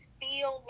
feel